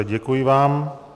Děkuji vám.